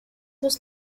was